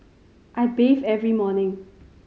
I bathe every morning